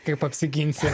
kaip apsiginsi